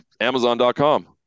Amazon.com